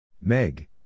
Meg